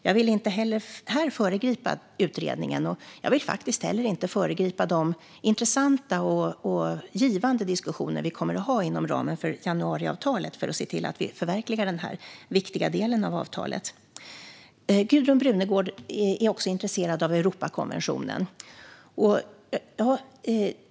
Jag vill inte heller här föregripa utredningen, och jag vill faktiskt inte heller föregripa de intressanta och givande diskussioner vi kommer att ha inom ramen för januariavtalet för att se till att vi förverkligar denna viktiga del av avtalet. Gudrun Brunegård är också intresserad av Europakonventionen.